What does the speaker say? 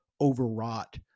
overwrought